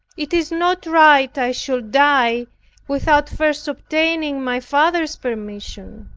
it is not right i should die without first obtaining my father's permission.